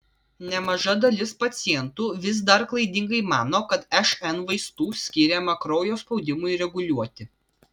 nemaža dalis pacientų vis dar klaidingai mano kad šn vaistų skiriama kraujo spaudimui reguliuoti